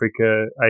Africa